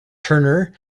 turner